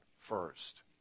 first